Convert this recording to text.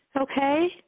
okay